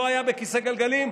לא היה בכיסא גלגלים,